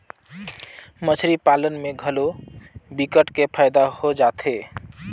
मछरी पालन में घलो विकट के फायदा हो जाथे